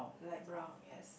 light brown yes